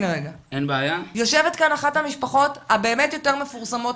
יושבת אחת המשפחות הבאמת יותר מפורסמות